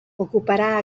ocuparà